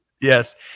Yes